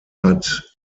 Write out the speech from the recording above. hat